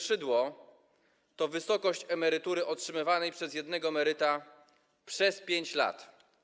Szydło to wysokość emerytur otrzymywanych przez jednego emeryta przez 5 lat.